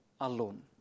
alone